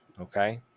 Okay